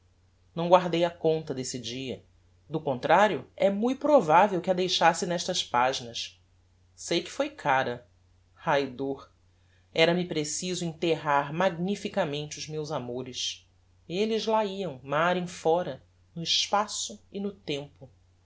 não guardei a conta desse dia do contrario é mui provavel que a deixasse nestas paginas sei que foi cara ai dor era-me preciso enterrar magnificamente os meus amores elles la iam mar em fóra no espaço e no tempo